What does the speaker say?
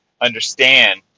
understand